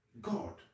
god